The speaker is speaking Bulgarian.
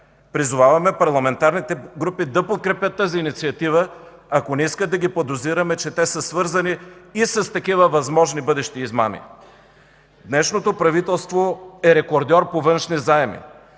Призоваваме парламентарните групи да подкрепят тази инициатива, ако не искат да ги подозираме, че те са свързани и с такива възможни бъдещи измами. Днешното правителство е рекордьор по външни заеми.